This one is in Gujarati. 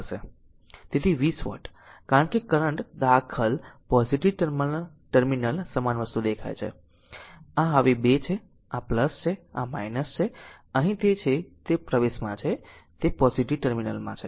હશે તેથી 20 વોટ કારણ કે કરંટ દાખલ પોઝીટીવ ટર્મિનલ સમાન વસ્તુ દેખાય છે આ આ છે હવે આ 2 છે આ છે અને તે અહીં છે તે પ્રવેશમાં છે પોઝીટીવ ટર્મિનલ છે